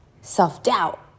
self-doubt